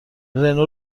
رنو